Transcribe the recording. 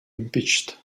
impeached